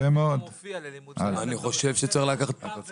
צריך לקחת את זה